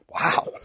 Wow